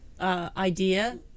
idea